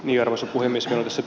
arvoisa puhemies